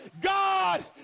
God